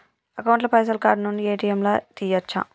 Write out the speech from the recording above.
Account ల పైసల్ card నుండి ఏ.టి.ఎమ్ లా తియ్యచ్చా?